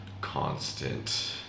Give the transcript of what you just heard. constant